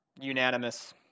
unanimous